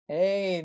Hey